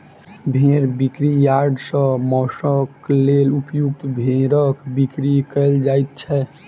भेंड़ बिक्री यार्ड सॅ मौंसक लेल उपयुक्त भेंड़क बिक्री कयल जाइत छै